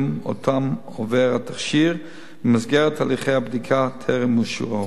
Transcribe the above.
שאותם עובר התכשיר במסגרת תהליכי הבדיקה טרם אישורו.